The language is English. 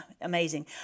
amazing